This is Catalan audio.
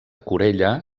corella